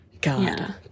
god